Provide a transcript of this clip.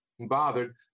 bothered